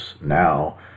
now